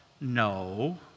No